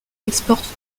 exporte